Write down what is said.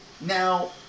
Now